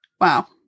Wow